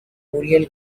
oriel